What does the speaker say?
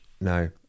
No